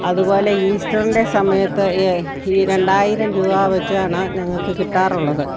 അതുപോലെ ഈസ്റ്ററിൻ്റെ സമയത്ത് ഈ ഈ രണ്ടായിരം രൂപ വെച്ചാണ് ഞങ്ങൾക്ക് കിട്ടാറുള്ളത്